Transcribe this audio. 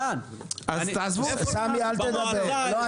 לאן --- אני מבקש ממך, אתה לא מדבר.